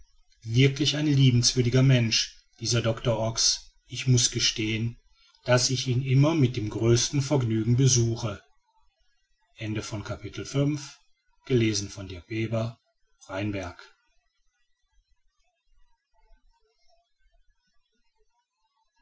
wirklich ein liebenswürdiger mensch dieser doctor ox ich muß gestehen daß ich ihn immer mit dem größten vergnügen besuche